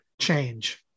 change